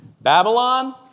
Babylon